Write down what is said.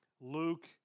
Luke